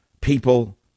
people